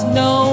no